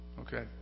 Okay